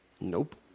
Nope